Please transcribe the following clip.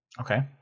Okay